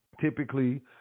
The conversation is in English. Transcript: Typically